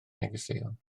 negeseuon